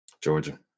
Georgia